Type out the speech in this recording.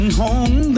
home